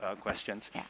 questions